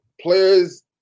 players